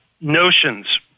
notions